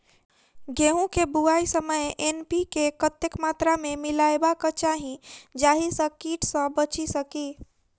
गेंहूँ केँ बुआई समय एन.पी.के कतेक मात्रा मे मिलायबाक चाहि जाहि सँ कीट सँ बचि सकी?